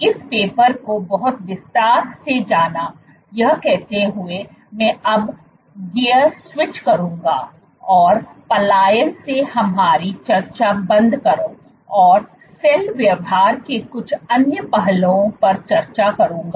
इस पेपर को बहुत विस्तार से जाना यह कहते हुए मैं अब गियर स्विच करूंगा और पलायन से हमारी चर्चा बंद करो और सेल व्यवहार के कुछ अन्य पहलुओं पर चचाॅ करूंगा